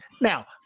now